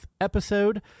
episode